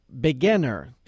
Beginner